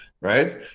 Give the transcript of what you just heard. Right